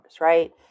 right